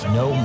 no